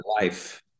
life